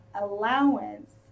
allowance